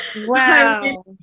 wow